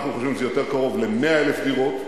אנחנו חושבים שזה יותר קרוב ל-100,000 דירות.